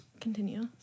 Continue